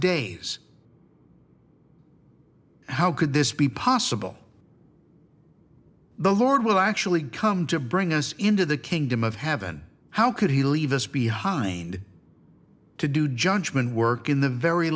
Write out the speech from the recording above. days how could this be possible the lord will actually come to bring us into the kingdom of heaven how could he leave us behind to do judgment work in the very